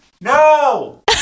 No